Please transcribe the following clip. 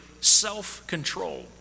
self-control